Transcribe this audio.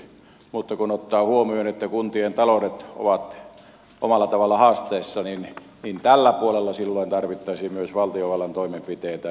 mutta kun ottaa huomioon että kuntien taloudet ovat omalla tavalla haasteessa niin tällä puolella tarvittaisiin silloin myös valtiovallan toimenpiteitä